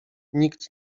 nikt